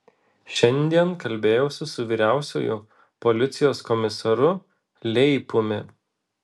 šiandien kalbėjausi su vyriausiuoju policijos komisaru leipumi